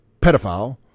pedophile